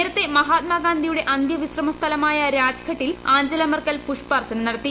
നേരത്ത് മഹാത്മാഗാന്ധി യുടെ അന്തൃ വിശ്രമ സ്ഥലമായ രാജ്ഘട്ടിൽ ആഞ്ചല് മെർക്കൽ പുഷ്പാർച്ചന നടത്തി